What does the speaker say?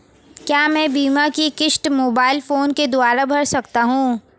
क्या मैं बीमा की किश्त मोबाइल फोन के द्वारा भर सकता हूं?